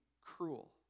cruel